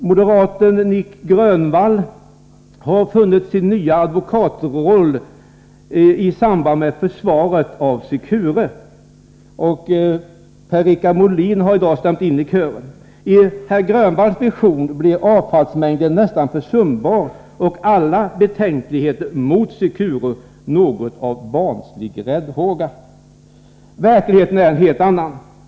Moderaten Nic Grönvall har funnit sin nya advokatroll i försvaret av Secure och Per-Richard Molin har i dag stämt in i kören. I herr Grönvalls vision blir avfallsmängden nästan försumbar och alla betänkligheter mot Secure något av en barnslig räddhåga. Verkligheten är en helt annan.